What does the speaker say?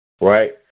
right